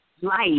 Life